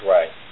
Right